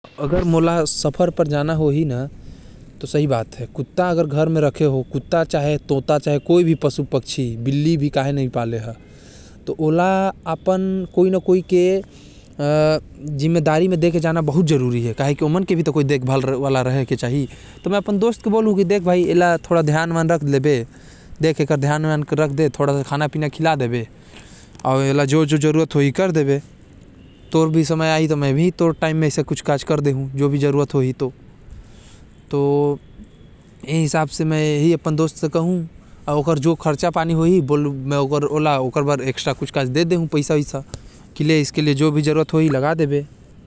मैं अपन दोस्त ला कुछ नही बोलहु काबर की एक ठो प्लेटे तो टूटिस है, कोन सा बहुते बड़का बात है। होगईस मैं बोलहु रहे दे टेंशन लेहे के कोनो बात नही हवे, अउ प्लेट है घरे, तै दूसर प्लेट ले ले।